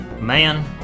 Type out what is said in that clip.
Man